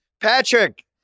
Patrick